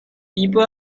people